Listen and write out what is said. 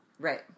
Right